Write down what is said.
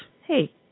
hey